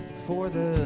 for the